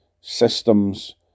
systems